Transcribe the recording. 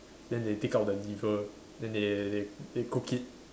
then they take out the liver then they they they cook it